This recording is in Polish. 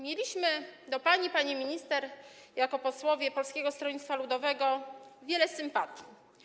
Mieliśmy do pani, pani minister, jako posłowie Polskiego Stronnictwa Ludowego wiele sympatii.